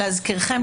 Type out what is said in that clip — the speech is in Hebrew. להזכירכם,